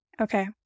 Okay